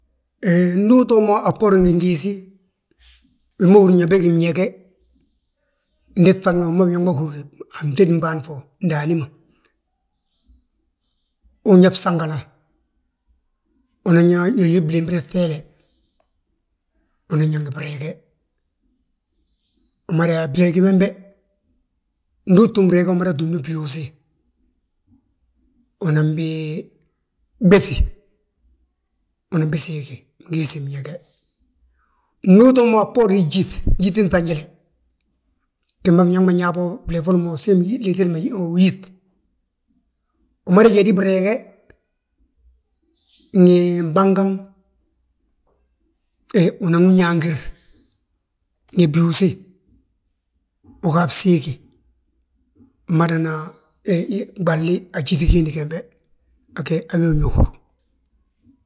Hee ndu utoo mo a bboorin gingiisi, wi ma húrin yaa begí mñege, ndi ŧagna wi ma biñaŋ ma húrni a ftédin bâan fo ndaani ma. Unyaa bsangala, unan yaa yóy blimbiri bŧeele, unan yaa ngi breege. Umada yaa breegi bembe, udu uu ttúm breege umada túmni byuusi. Unan biɓéŧi, una bisiigi, bgiisi mñege. Ndu utoo mo a bboorin gyíŧ, gyíŧin ŧañile, gima biñaŋ ma nyaa bo, flee foli mo uu ssiimi, liitidi ma uyíŧ. Umada jédi breege, ngi mbangaŋ, he unan wi nyaangir ngi byuusi, aga bsiigi. Mmadana ɓalni a gyíŧi giindi gembe, ge a gee ñe húru.